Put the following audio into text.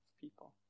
people